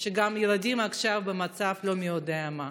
שגם הילדים עכשיו במצב לא מי יודע מה.